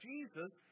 Jesus